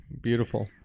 beautiful